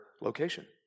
location